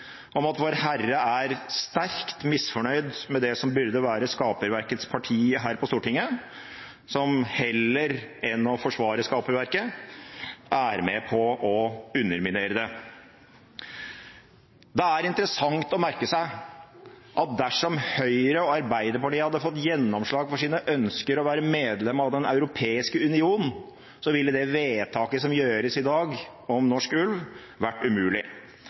om at Vårherre er sterkt misfornøyd med det som burde være skaperverkets parti her på Stortinget, som heller enn å forsvare skaperverket er med på å underminere det. Det er interessant å merke seg at dersom Høyre og Arbeiderpartiet hadde fått gjennomslag for sine ønsker om å være medlem av Den europeiske union, ville det vedtaket som gjøres i dag om norsk ulv, vært umulig.